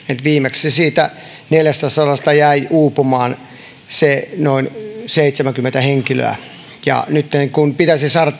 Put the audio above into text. viimeksi siitä neljästäsadasta jäi uupumaan noin seitsemänkymmentä henkilöä nytten pitäisi sitten saada